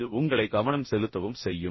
இது உங்களை கவனம் செலுத்தவும் செய்யும்